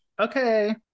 okay